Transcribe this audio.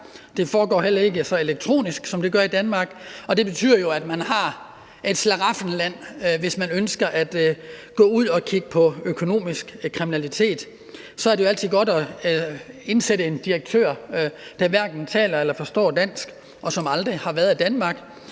Det foregår heller ikke elektronisk på samme måde, som det gør i Danmark, og det betyder jo, at det er et slaraffenland, hvis man ønsker at gå ud og begå økonomisk kriminalitet. Så er det jo altid godt at indsætte en direktør, der hverken taler eller forstår dansk, og som aldrig har været i Danmark,